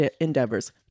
endeavors